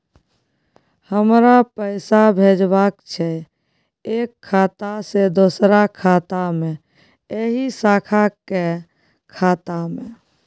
हमरा पैसा भेजबाक छै एक खाता से दोसर खाता मे एहि शाखा के खाता मे?